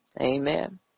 Amen